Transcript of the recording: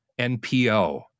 NPO